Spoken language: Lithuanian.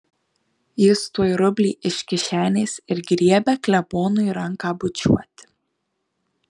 jis tuoj rublį iš kišenės ir griebia klebonui ranką bučiuoti